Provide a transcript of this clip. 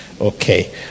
Okay